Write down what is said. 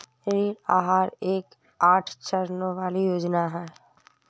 ऋण आहार एक आठ चरणों वाली योजना है